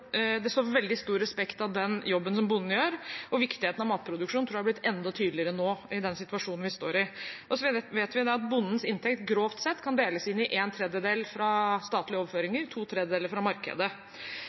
Det står veldig stor respekt av den jobben som bonden gjør. Viktigheten av matproduksjon tror jeg er blitt enda tydeligere nå, i den situasjonen vi står i. Vi vet at bondens inntekt grovt sett kan deles inn i en tredjedel fra statlige